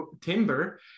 timber